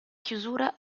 chiusura